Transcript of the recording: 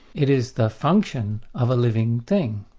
it is the function of a living thing.